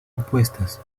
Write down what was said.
opuestas